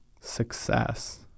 success